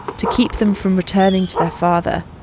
to keep them from returning to their father,